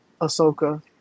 Ahsoka